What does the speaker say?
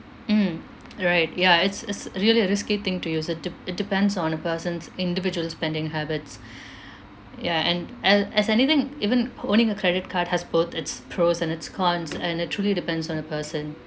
mm right ya it's it's really a risky thing to use it d~ it depends on a person's individual spending habits ya and l~ as anything even owning a credit card has both its pros and its cons and it truly depends on the person